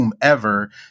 whomever